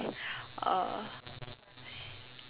uh